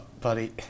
buddy